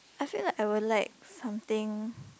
I feel like I will like something